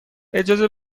اجازه